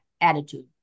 attitude